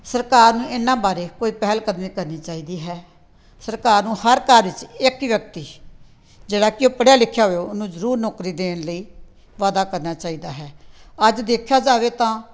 ਸਰਕਾਰ ਨੂੰ ਇਹਨਾਂ ਬਾਰੇ ਕੋਈ ਪਹਿਲ ਕਦਮੀ ਕਰਨੀ ਚਾਹੀਦੀ ਹੈ ਸਰਕਾਰ ਨੂੰ ਹਰ ਘਰ ਵਿੱਚ ਇੱਕ ਵਿਅਕਤੀ ਜਿਹੜਾ ਕਿ ਉਹ ਪੜ੍ਹਿਆ ਲਿਖਿਆ ਹੋਵੇ ਉਹਨੂੰ ਜ਼ਰੂਰ ਨੌਕਰੀ ਦੇਣ ਲਈ ਵਾਅਦਾ ਕਰਨਾ ਚਾਹੀਦਾ ਹੈ ਅੱਜ ਦੇਖਿਆ ਜਾਵੇ ਤਾਂ